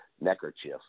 neckerchief